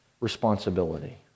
responsibility